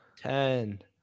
Ten